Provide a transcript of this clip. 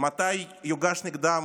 מתי יוגש נגדם